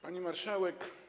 Pani Marszałek!